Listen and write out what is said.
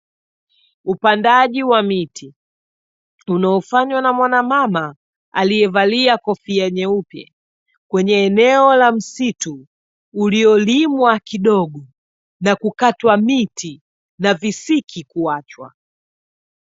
Upandaji wa miti, unaofanywa na mwanamama aliyevalia kofia nyeupe kwenye eneo la msitu, uliolimwa kidogo na kukatwa miti na visiki kuachwa.